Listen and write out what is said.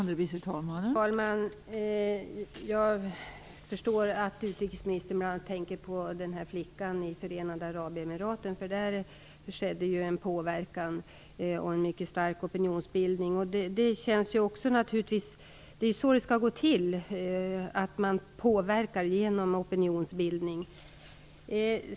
Fru talman! Jag förstår att utrikesministern bl.a. tänker på flickan i Förenade Arabemiraten. Där skedde ju en påverkan och en mycket stark opinionsbildning. Det är ju så det skall gå till - att man påverkar genom opinionsbildning.